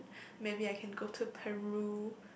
maybe I can go to Peru